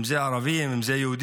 אם זה ערבים, אם זה יהודים,